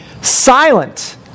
silent